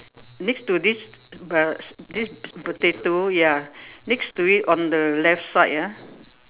next to this uh this potato ya next to it on the left side ah